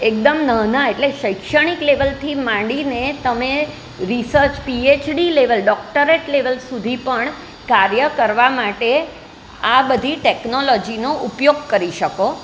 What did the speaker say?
એકદમ નાના એટલે શૈક્ષણિક લેવલથી માંડીને તમે research PhD level doctorate level સુધી પણ કાર્ય કરવા માટે આ બધી ટેકનોલોજીનો ઉપયોગ કરી શકો